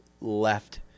left